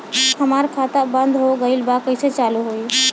हमार खाता बंद हो गईल बा कैसे चालू होई?